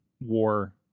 War